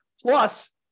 Plus